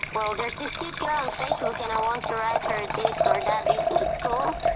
well there's this cute girl on facebook and i want to write her this or that, do you think it's cool?